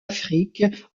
afrique